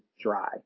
dry